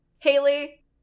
Haley